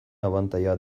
abantaila